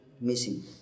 missing